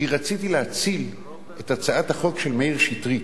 כי רציתי להציל את הצעת החוק של מאיר שטרית.